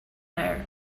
honor